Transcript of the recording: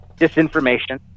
disinformation